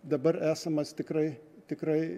dabar esamas tikrai tikrai